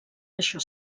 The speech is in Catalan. això